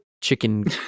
chicken